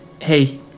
Hey